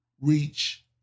reach